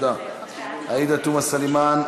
עאידה תומא סלימאן,